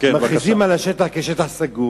מכריזים על השטח שטח סגור,